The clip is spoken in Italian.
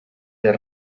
del